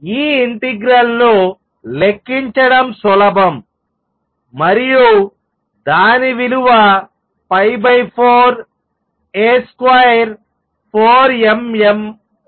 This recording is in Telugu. ఈ ఇంటిగ్రల్ ను లెక్కించడం సులభం మరియు దాని విలువ 4A24mω వస్తుంది